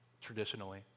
traditionally